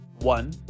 One